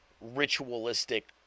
ritualistic